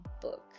book